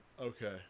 okay